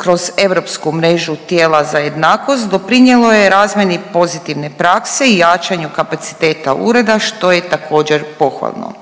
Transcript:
kroz Europsku mrežu tijela za jednakost doprinjelo je razvoju pozitivne prakse i jačanju kapaciteta ureda, što je također pohvalno.